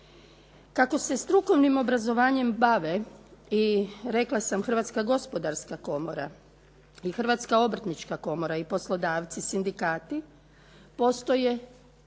Kako se strukovnim obrazovanjem bave rekla sam i Hrvatska gospodarska komora i Hrvatska obrtnička komora i poslodavci, sindikati. Postoje